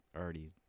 already